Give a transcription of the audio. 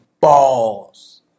balls